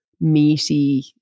meaty